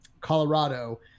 Colorado